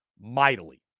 mightily